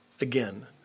again